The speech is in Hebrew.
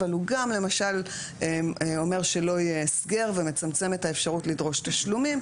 אבל הוא גם למשל אומר שלא יהיה הסגר ומצמצם את האפשרות לדרוש תשלומים.